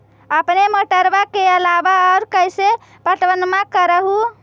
अपने मोटरबा के अलाबा और कैसे पट्टनमा कर हू?